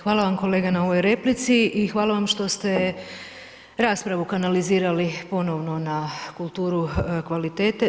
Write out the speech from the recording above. Hvala vam kolega na ovoj replici i hvala vam što ste raspravu kanalizirali ponovno na kulturu kvalitete.